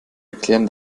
erklären